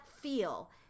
feel